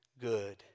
good